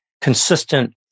consistent